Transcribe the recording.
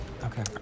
Okay